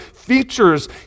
features